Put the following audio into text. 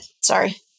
sorry